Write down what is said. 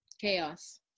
Chaos